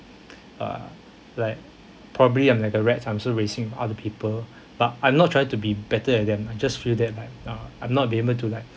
uh like probably I'm like a rat I'm also racing other people but I'm not trying to be better at them I just feel that like uh I'll not be able to like